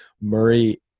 Murray